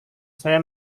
saya